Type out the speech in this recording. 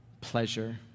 pleasure